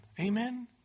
Amen